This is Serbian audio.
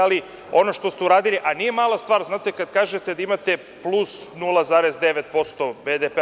Ali, ono što ste uradili, a nije mala stvar kada kažete da imate plus 0,9% BDP.